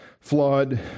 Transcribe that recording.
flawed